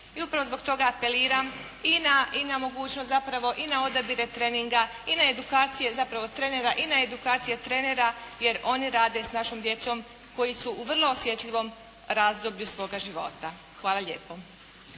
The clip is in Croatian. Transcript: i upravo zbog toga apeliram i na mogućnost zapravo i na odabire treninga i na edukacije zapravo trenera, jer oni rade s našom djecom koji su u vrlo osjetljivom razdoblju svoga života. Hvala lijepo.